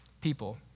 people